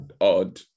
odd